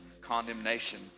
condemnation